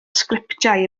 sgriptiau